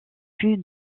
vue